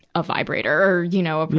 a vibrator, you know,